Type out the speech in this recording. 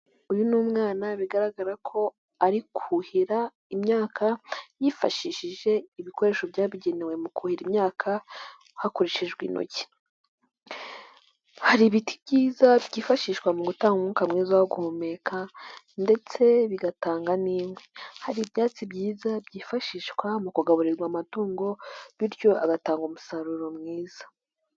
Uyu ni umwana bigaragara ko ari kuhira imyaka yifashishije ibikoresho byabigenewe mu kuhira imyaka hakoreshejwe intoki, hari byiza byifashishwa mu gutanga umwuka mwiza wo guhumeka ndetse bigatanga n'inkwi, hari ibyatsi byiza byifashishwa mu kugaburirwa amatungo bityo agatanga umusaruro mwiza.